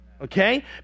okay